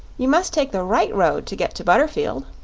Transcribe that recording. you must take the right road to get to butterfield.